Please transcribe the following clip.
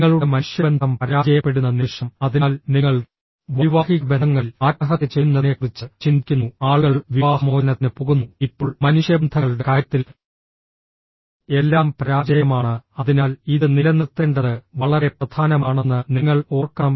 നിങ്ങളുടെ മനുഷ്യബന്ധം പരാജയപ്പെടുന്ന നിമിഷം അതിനാൽ നിങ്ങൾ വൈവാഹിക ബന്ധങ്ങളിൽ ആത്മഹത്യ ചെയ്യുന്നതിനെക്കുറിച്ച് ചിന്തിക്കുന്നു ആളുകൾ വിവാഹമോചനത്തിന് പോകുന്നു ഇപ്പോൾ മനുഷ്യബന്ധങ്ങളുടെ കാര്യത്തിൽ എല്ലാം പരാജയമാണ് അതിനാൽ ഇത് നിലനിർത്തേണ്ടത് വളരെ പ്രധാനമാണെന്ന് നിങ്ങൾ ഓർക്കണം